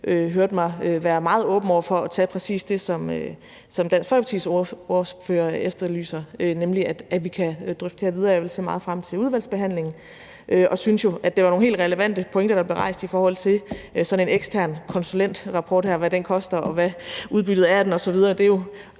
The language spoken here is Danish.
hørte mig være meget åben over for præcis det, som Dansk Folkepartis ordfører efterlyser, nemlig at vi kan drøfte det her videre, og jeg vil se meget frem til udvalgsbehandlingen, og jeg synes jo, at det var nogle helt relevante pointer, der blev rejst, i forhold til hvad sådan en ekstern konsulentrapport koster, og hvad udbyttet af den er. Det her